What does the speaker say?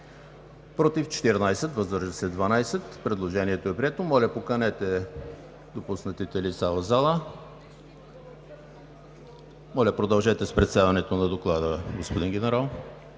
против 14, въздържали се 12. Предложението е прието. Моля, поканете допуснатите лица в залата. Продължете с представянето на Доклада, господин Генерал.